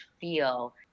feel